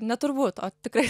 ne turbūt o tikrai